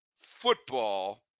Football